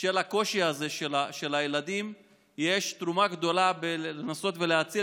של הקושי הזה של ילדים יש תרומה גדולה בניסיון להציל